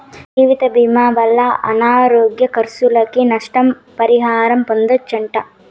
జీవితభీమా వల్ల అనారోగ్య కర్సులకి, నష్ట పరిహారం పొందచ్చట